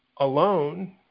alone